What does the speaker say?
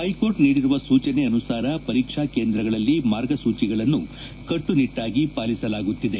high court ನೀಡಿರುವ ಸೂಚನೆ ಅನುಸಾರ ಪರೀಕ್ಷಾ ಕೇಂದ್ರಗಳಲ್ಲಿ ಮಾರ್ಗಸೂಚಿಗಳನ್ನು ಕಟ್ಟುನಿಟ್ಟಾಗಿ ಪಾಲಿಸಲಾಗುತ್ತಿದೆ